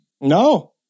No